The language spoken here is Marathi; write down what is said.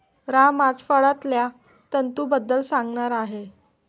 राम आज फळांतल्या तंतूंबद्दल सांगणार आहे